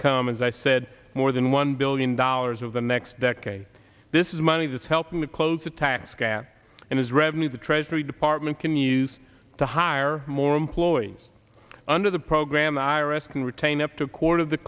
come as i said more than one billion dollars of the next decade this is money that's helping to close the tax gap and its revenues the treasury department can use to hire more employees under the program the i r s can retain up to a quarter of the